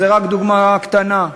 זו רק דוגמה קטנה,